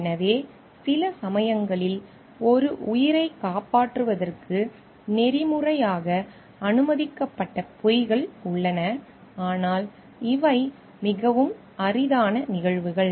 எனவே சில சமயங்களில் ஒரு உயிரைக் காப்பாற்றுவதற்கு நெறிமுறையாக அனுமதிக்கப்பட்ட பொய்கள் உள்ளன ஆனால் இவை மிகவும் அரிதான நிகழ்வுகள்